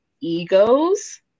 egos